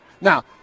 Now